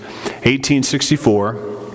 1864